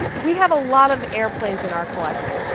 we have a lot of airplanes in our collection,